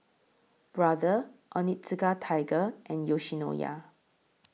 Brother Onitsuka Tiger and Yoshinoya